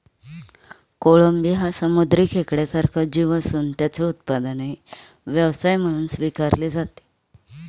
कोळंबी हा समुद्री खेकड्यासारखा जीव असून त्याचे उत्पादनही व्यवसाय म्हणून स्वीकारले जाते